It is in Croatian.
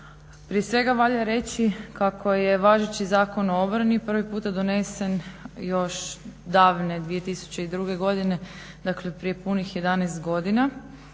Prije svega valja reći kako je važeći Zakon o obrani prvi puta donesen još davne 2002.godine dakle prije punih 11 godina,